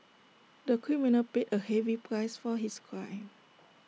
the criminal paid A heavy price for his crime